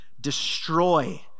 Destroy